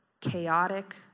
chaotic